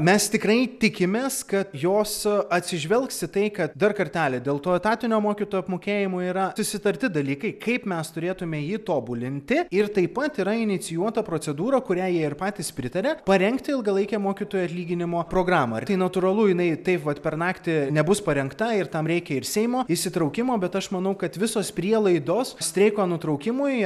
mes tikrai tikimės kad jos atsižvelgs į tai kad dar kartelį dėl to etatinio mokytojų apmokėjimo yra susitarti dalykai kaip mes turėtume jį tobulinti ir taip pat yra inicijuota procedūra kuriai jie ir patys pritarė parengti ilgalaikę mokytojų atlyginimo programą ar tai natūralu jinai taip vat per naktį nebus parengta ir tam reikia ir seimo įsitraukimo bet aš manau kad visos prielaidos streiko nutraukimui